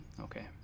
okay